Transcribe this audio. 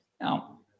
Now